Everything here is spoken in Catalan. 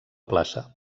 plaça